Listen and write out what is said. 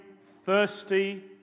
thirsty